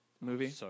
movie